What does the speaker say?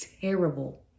terrible